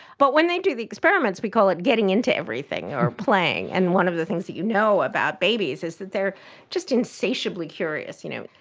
but when they do the experiments we call it getting into everything or playing, and one of the things that we know about babies is that they are just insatiably curious, you know,